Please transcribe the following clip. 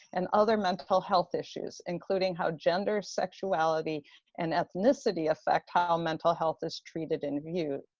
and other mental health issues, including how gender sexuality and ethnicity affect how mental health is treated and viewed.